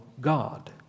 God